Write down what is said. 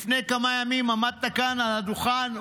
לפני כמה ימים עמדת כאן על הדוכן,